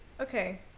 Okay